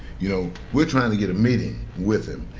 you know, we're trying to get a meeting with him.